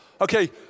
Okay